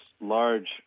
large